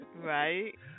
Right